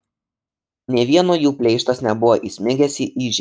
nė vieno jų pleištas nebuvo įsmigęs į įžemį